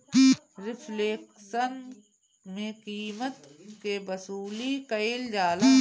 reflection में कीमत के वसूली कईल जाला